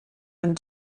and